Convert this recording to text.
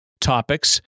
topics